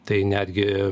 tai netgi